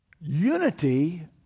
unity